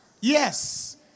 Yes